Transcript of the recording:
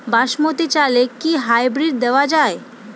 বাসমতী চালে কি হাইব্রিড দেওয়া য়ায়?